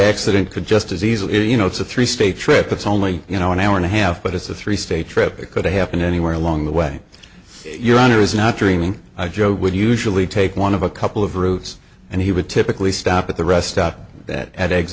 accident could just as easily you know it's a three state trip it's only you know an hour and a half but it's a three state trip it could happen anywhere along the way your honor is not dreaming i joe would usually take one of a couple of routes and he would typically stop at the rest stop that at e